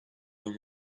the